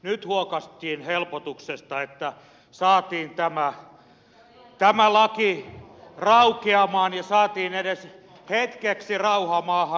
nyt huokaistiin helpotuksesta että saatiin tämä laki raukeamaan ja saatiin edes hetkeksi rauha maahan